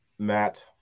Matt